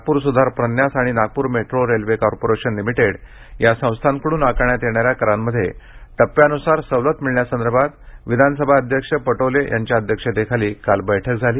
नागपूर सुधार प्रन्यास आणि Nagpur metro rail corporation limited या संस्थांकडून आकारण्यात येणाऱ्या करांमध्ये टप्प्यान्सार सवलत मिळण्यासंदर्भात विधानसभा अध्यक्ष नाना पटोले यांच्या अध्यक्षतेखाली काल बैठक झाली